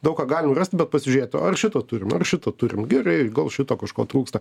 daug ką galim rast bet pasižiūrėt o ar šito turim ar šito turim gerai gal šito kažko trūksta